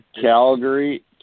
Calgary